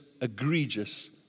egregious